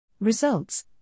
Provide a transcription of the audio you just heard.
Results